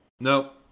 Nope